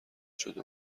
شده